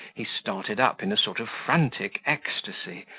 he started up in a sort of frantic ecstasy,